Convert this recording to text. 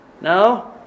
No